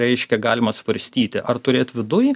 reiškia galima svarstyti ar turėt viduj